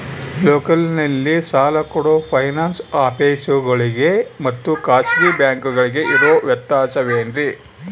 ಲೋಕಲ್ನಲ್ಲಿ ಸಾಲ ಕೊಡೋ ಫೈನಾನ್ಸ್ ಆಫೇಸುಗಳಿಗೆ ಮತ್ತಾ ಖಾಸಗಿ ಬ್ಯಾಂಕುಗಳಿಗೆ ಇರೋ ವ್ಯತ್ಯಾಸವೇನ್ರಿ?